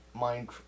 Minecraft